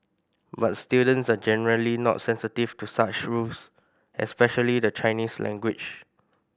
but students are generally not sensitive to such rules especially the Chinese language